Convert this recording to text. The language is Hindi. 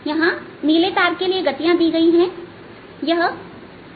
और नीले तार के लिए गतियां दी गई हैं